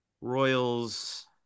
Royals